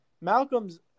Malcolm's –